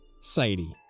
Sadie